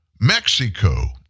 Mexico